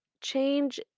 change